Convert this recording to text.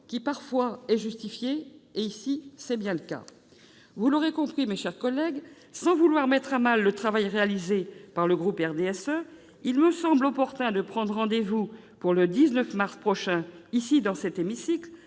qui parfois est justifiée- en l'occurrence, elle l'était. Vous l'aurez compris, mes chers collègues, sans vouloir mettre à mal le travail réalisé par le groupe du RDSE, il me semble opportun de prendre rendez-vous le 19 mars prochain dans ce même hémicycle,